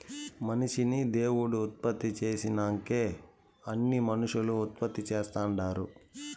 మనిషిని దేవుడు ఉత్పత్తి చేసినంకే అన్నీ మనుసులు ఉత్పత్తి చేస్తుండారు